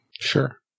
Sure